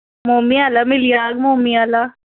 mommy आह्ला मिली जाह्ग मोम्मी आह्ला